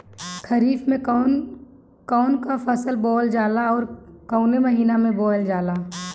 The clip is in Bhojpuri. खरिफ में कौन कौं फसल बोवल जाला अउर काउने महीने में बोवेल जाला?